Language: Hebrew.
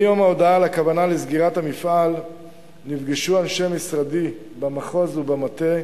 מיום ההודעה על הכוונה לסגירת המפעל נפגשו אנשי משרדי במחוז ובמטה